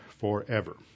forever